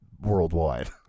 worldwide